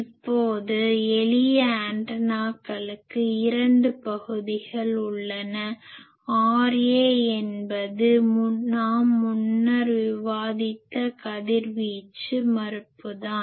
இப்போது எளிய ஆண்டனாக்களுக்கு இரண்டு பகுதிகள் உள்ளன RA என்பது நாம் முன்னர் விவாதித்த கதிர்வீச்சு மின்மறுப்பு தான்